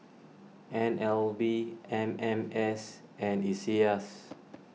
N L B M M S and Iseas